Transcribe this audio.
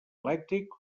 elèctric